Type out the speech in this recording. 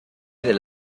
del